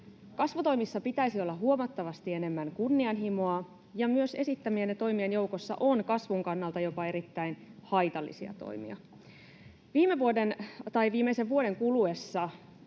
Kasvutoimissa pitäisi olla huomattavasti enemmän kunnianhimoa, ja esittämienne toimien joukossa on myös kasvun kannalta jopa erittäin haitallisia toimia. Viimeisen vuoden kuluessa